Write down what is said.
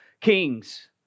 kings